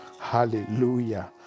Hallelujah